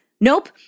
Nope